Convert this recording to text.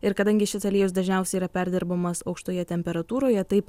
ir kadangi šis aliejus dažniausiai yra perdirbamas aukštoje temperatūroje taip